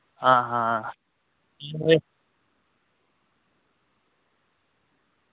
हां हां